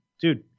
dude